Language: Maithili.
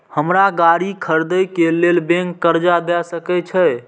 हमरा गाड़ी खरदे के लेल बैंक कर्जा देय सके छे?